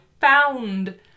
found